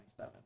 27